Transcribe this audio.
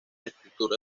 estructura